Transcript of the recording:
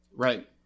Right